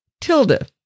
Tilda